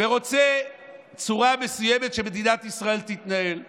ורוצה צורה מסוימת שמדינת ישראל תתנהל בה,